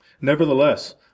Nevertheless